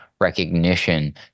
recognition